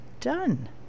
done